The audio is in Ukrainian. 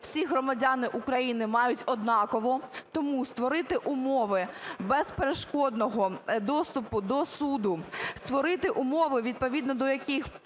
всі громадяни України мають однакове. Тому створити умови безперешкодного доступу до суду. Створити умови, відповідно до яких